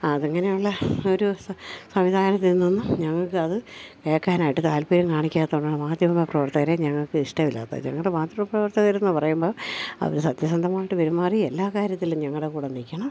അതിങ്ങനെയുള്ള ഒരു സംവിധാനത്തിൽ നിന്നും ഞങ്ങൾക്ക് അത് കേൾക്കാനായിട്ട് താല്പര്യം കാണിക്കാത്തതു കൊണ്ട് മാധ്യമ പ്രവർത്തകരെ ഞങ്ങൾക്ക് ഇഷ്ടമില്ലാത്ത ഞങ്ങളുടെ മാധ്യമ പ്രവർത്തകർ എന്നു പറയുമ്പോൾ അവർ സത്യസന്ധമായിട്ട് പെരുമാറി എല്ലാ കാര്യത്തിലും ഞങ്ങളുടെ കൂടെ നിൽക്കണം